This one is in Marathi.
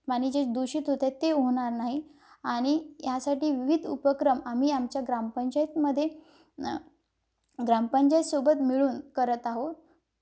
पाणी जे दूषित होतं आहे ते होणार नाही आणि यासाठी विविध उपक्रम आम्ही आमच्या ग्रामपंचायतमध्ये ग्रामपंचायतसोबत मिळून करत आहो